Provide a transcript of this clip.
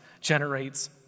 generates